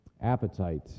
Appetite